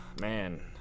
Man